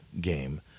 game